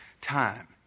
time